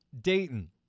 Dayton